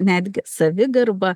netgi savigarba